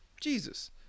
Jesus